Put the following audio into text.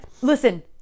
listen